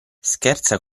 scherza